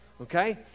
okay